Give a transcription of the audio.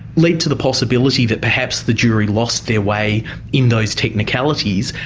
led to the possibility that perhaps the jury lost their way in those technicalities,